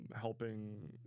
helping